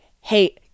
hey